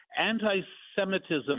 anti-Semitism